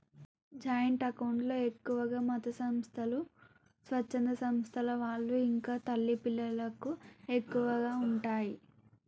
joint account లో ఎక్కువగా మతసంస్థలు, స్వచ్ఛంద సంస్థల వాళ్ళు ఇంకా తల్లి పిల్లలకు ఎక్కువగా ఉంటయ్